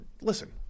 Listen